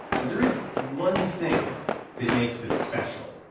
but there is one thing that makes it special.